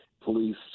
police